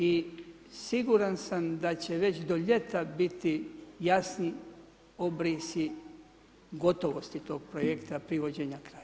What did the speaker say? I siguran sam da će već do ljeta biti jasni obrisi gotovosti tog projekta privođenja kraju.